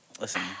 Listen